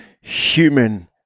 human